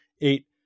eight